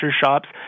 shops